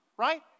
Right